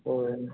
ओहिमे